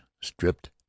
stripped